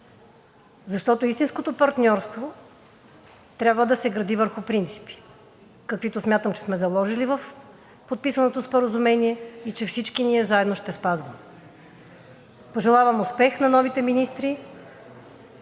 защото истинското партньорство трябва да се гради върху принципи, каквито смятам, че сме заложили в подписаното споразумение и че всички ние заедно ще спазваме. Пожелавам успех на новите министри.